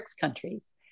countries